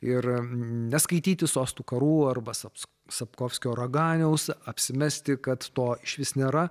ir neskaityti sostų karų arba sap sapkovskio raganiaus apsimesti kad to išvis nėra